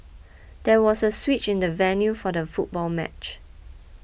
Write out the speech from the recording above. there was a switch in the venue for the football match